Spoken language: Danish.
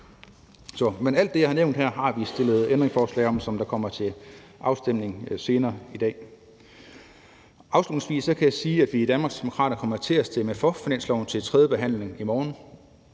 Alt det, jeg har nævnt her, har vi stillet ændringsforslag om, og det kommer til afstemning senere i dag. Afslutningsvis kan jeg sige, at vi i Danmarksdemokraterne kommer til at stemme for finansloven ved tredjebehandlingen i morgen.